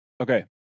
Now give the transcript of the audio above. Okay